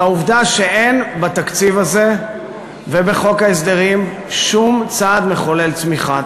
זה העובדה שאין בתקציב הזה ובחוק ההסדרים שום צעד מחולל צמיחה.